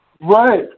Right